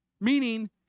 Meaning